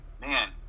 man